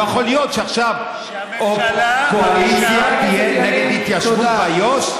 לא יכול להיות שעכשיו הקואליציה תהיה נגד התיישבות באיו"ש.